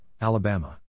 Alabama